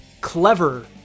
clever